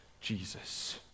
Jesus